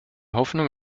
hoffnung